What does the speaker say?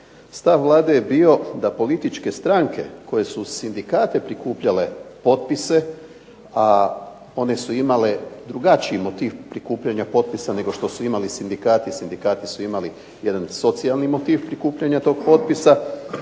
Stav Vlade je bio da političke stranke koje su sindikate prikupljale potpise, a one su imale drugačiji motiv prikupljanja potpisa nego što su imali sindikati, sindikati su imali jedan socijalni motiv prikupljanja tog potpisa,